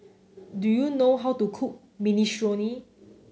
do you know how to cook Minestrone